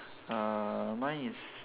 uh mine is